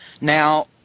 Now